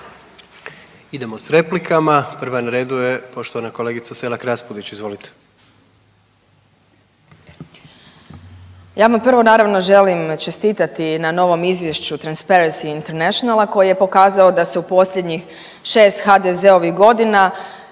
Idemo sa replikama. Prva na redu je poštovana kolegica Selak Raspudić. Izvolite. **Selak Raspudić, Marija (Nezavisni)** Ja vam prvo naravno želim čestitati na novom izvješću Transparency Internationala koji je pokazao da se u posljednjih 6 HDZ-ovih godina